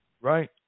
Right